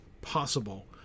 possible